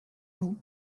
vous